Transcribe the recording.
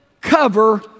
cover